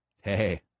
hey